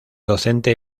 docente